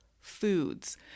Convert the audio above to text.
foods